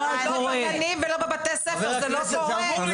לא בגנים ולא בבתי הספר, זה לא קורה.